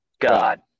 God